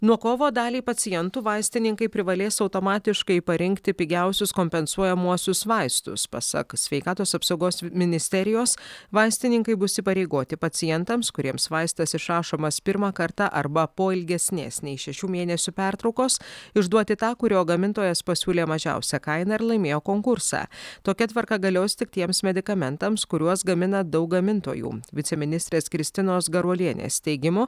nuo kovo daliai pacientų vaistininkai privalės automatiškai parinkti pigiausius kompensuojamuosius vaistus pasak sveikatos apsaugos ministerijos vaistininkai bus įpareigoti pacientams kuriems vaistas išrašomas pirmą kartą arba po ilgesnės nei šešių mėnesių pertraukos išduoti tą kurio gamintojas pasiūlė mažiausią kainą ir laimėjo konkursą tokia tvarka galios tik tiems medikamentams kuriuos gamina daug gamintojų viceministrės kristinos garuolienės teigimu